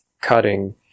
cutting